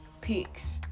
peaks